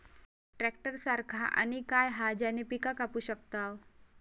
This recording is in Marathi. ट्रॅक्टर सारखा आणि काय हा ज्याने पीका कापू शकताव?